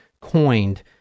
coined